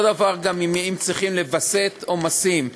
אותו דבר גם אם צריכים לווסת עומסים.